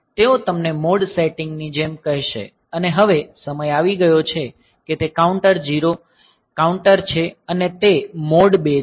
તેઓ તમને mode setting ની જેમ કહેશે અને હવે સમય આવી ગયો છે કે તે કાઉન્ટર છે અને તે મોડ 2 છે